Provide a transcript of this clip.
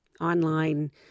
online